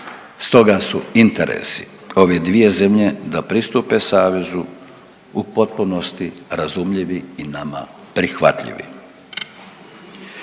stoga su interesi ove dvije zemlje da pristupe savezu u potpunosti razumljivi i nama prihvatljivi.